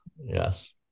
Yes